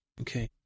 okay